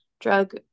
drug